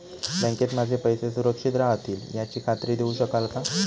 बँकेत माझे पैसे सुरक्षित राहतील याची खात्री देऊ शकाल का?